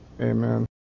amen